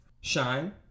shine